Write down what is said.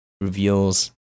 reveals